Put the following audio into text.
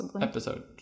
episode